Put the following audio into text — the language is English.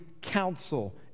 counsel